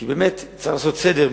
כי באמת צריך לעשות סדר,